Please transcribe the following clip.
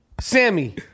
Sammy